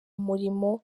mulimo